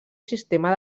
sistema